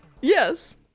Yes